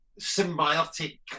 symbiotic